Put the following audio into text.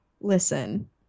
Listen